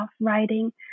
writing